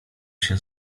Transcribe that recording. się